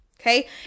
Okay